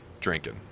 drinking